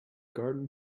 garden